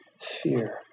fear